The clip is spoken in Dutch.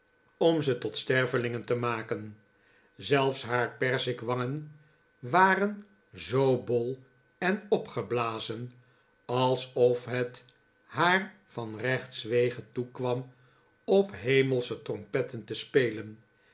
om ze tot stervelingen te maken zelfs haar perzikwangen waren zoo bol en opgeblazen alsof het haar van rechtswege toekwam op hemelsche trompetten te spelen